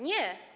Nie.